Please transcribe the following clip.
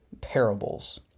parables